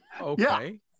Okay